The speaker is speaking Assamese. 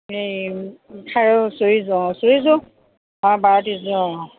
এই খাৰু চুৰিযোৰ অ চুৰিযোৰ অ বাৰুৱতিযোৰ অ